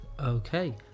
Okay